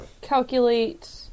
calculate